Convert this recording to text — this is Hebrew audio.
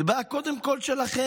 זו בעיה קודם כול שלכם.